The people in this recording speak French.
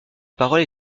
parole